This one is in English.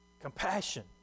compassion